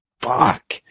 fuck